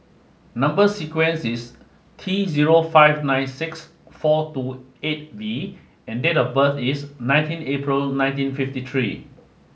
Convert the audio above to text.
number sequence is T zero five nine six four two eight V and date of birth is nineteen April ninety fifty three